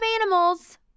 animals